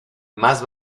más